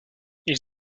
ils